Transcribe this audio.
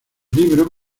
libro